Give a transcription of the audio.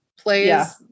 plays